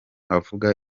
avuga